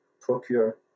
procure